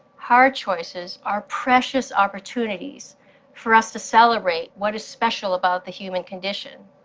hard choices are precious opportunities for us to celebrate what is special about the human condition,